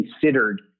considered